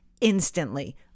instantly